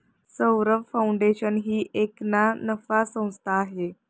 Saurabh foundation ही एक ना नफा संस्था आहे